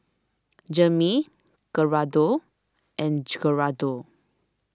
Jamey Gerardo and Gerardo